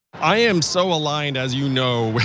i am so aligned, as you know,